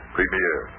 Premier